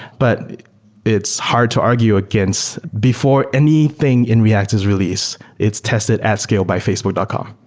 but it's hard to argue against before anything in react is released, it's tested at-scale by facebook dot com.